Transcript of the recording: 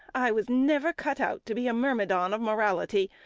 i was never cut out to be a myrmidon of morality.